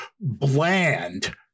bland